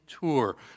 tour